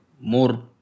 more